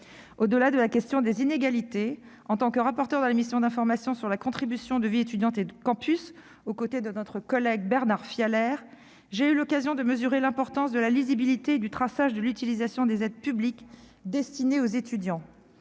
Au-delà de la question des inégalités, en tant que rapporteure de la mission d'information sur la contribution de vie étudiante et de campus aux côtés de notre collègue Bernard Fialaire, j'ai eu l'occasion de mesurer l'importance de la lisibilité et du traçage de l'utilisation des aides publiques pour les étudiants.